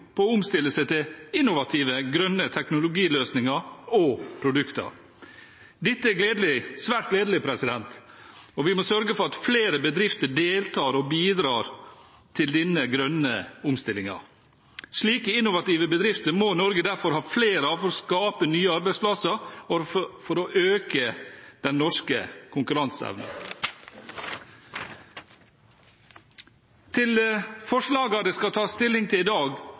på å omstille seg til innovative, grønne teknologiløsninger og produkter. Dette er svært gledelig, og vi må sørge for at flere bedrifter deltar og bidrar til denne grønne omstillingen. Slike innovative bedrifter må Norge derfor ha flere av for å skape nye arbeidsplasser og for å øke den norske konkurranseevnen. Når det gjelder forslaget det skal tas stilling til i dag,